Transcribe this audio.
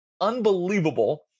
unbelievable